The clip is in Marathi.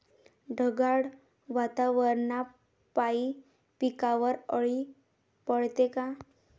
ढगाळ वातावरनापाई पिकावर अळी पडते का?